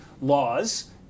laws